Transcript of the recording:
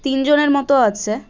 তিন জনের মতো আছে